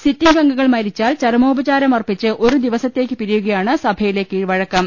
sitting അംഗങ്ങൾ മരിച്ചാൽ ചരമോപചാരം അർപ്പിച്ച് ഒരു ദിവസത്തേക്ക് പിരിയുകയാണ് സഭയിലെ കീഴ്വഴക്കം